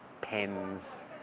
pens